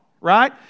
right